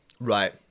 right